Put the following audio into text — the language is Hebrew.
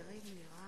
בבקשה, אדוני.